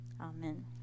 amen